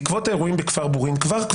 בעקבות האירועים בכפר בורין, כבר,